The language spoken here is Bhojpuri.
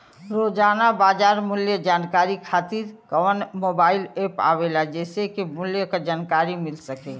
रोजाना बाजार मूल्य जानकारी खातीर कवन मोबाइल ऐप आवेला जेसे के मूल्य क जानकारी मिल सके?